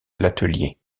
l’atelier